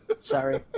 sorry